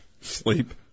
Sleep